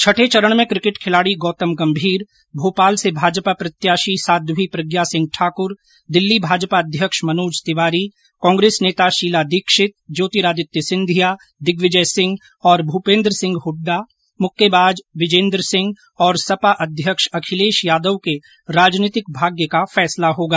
छठे चरण में क्रिकेट खिलाड़ी गौतम गम्भीर भोपाल से भाजपा प्रत्याशी साध्वी प्रज्ञा सिंह ठाकर दिल्ली भाजपा अध्यक्ष मनोज तिवारी कांग्रेस नेता शीला दीक्षित ज्योतिरादित्य सिंधिया दिग्विजय सिंह और भूपेंद्र सिंह हुड्डा मुक्केबाज विजेन्दर सिंह और सपा अध्यक्ष अखिलेश यादव के राजनीतिक भाग्य का फैसला होगा